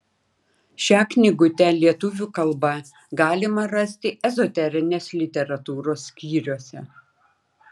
šią knygutę lietuvių kalba galima rasti ezoterinės literatūros skyriuose